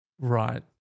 Right